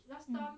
mm